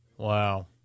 Wow